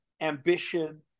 ambition